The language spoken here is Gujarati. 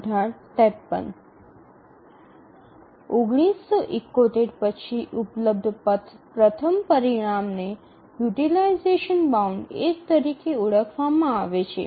૧૯૭૧ પછી ઉપલબ્ધ પ્રથમ પરિણામને યુટીલાઈઝેશન બાઉન્ડ ૧ તરીકે ઓળખવામાં આવે છે